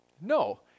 No